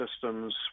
systems